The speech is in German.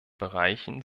bereichen